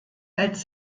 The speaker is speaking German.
als